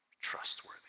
trustworthy